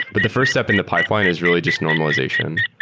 but the first step in the pipeline is really just normalization,